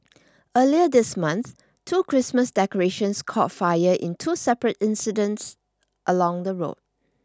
earlier this month two Christmas decorations caught fire on two separate incidents along the road